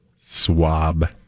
Swab